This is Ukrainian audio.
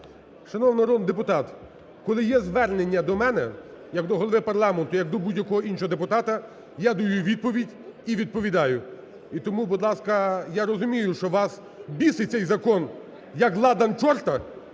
Шановний народний депутат, коли є звернення до мене як до Голови парламенту, як до будь-якого іншого депутата, я даю відповідь і відповідаю. І тому, будь ласка… я розумію, що вас бісить цей закон, як ладан чорта,